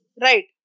Right